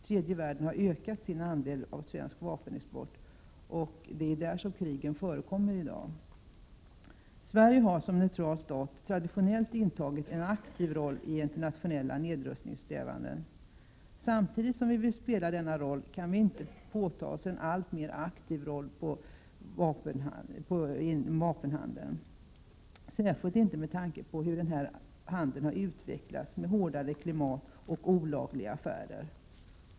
Tredje världen har ökat sin andel när det gäller svensk vapenexport, och det är ju där som krig förekommer i dag. Sverige har som neutral stat traditionellt spelat en aktiv roll i fråga om internationella nedrustningssträvanden. Samtidigt som vi vill spela denna roll kan vi inte bli allt aktivare inom vapenhandeln, särskilt inte med tanke på hur denna handel har utvecklats — med ett hårdare klimat och olagliga affärer.